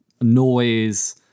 noise